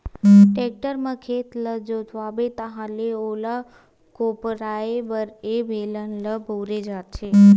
tractor म खेत ल जोतवाबे ताहाँले ओला कोपराये बर ए बेलन ल बउरे जाथे